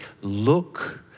look